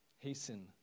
Hasten